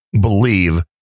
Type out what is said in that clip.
believe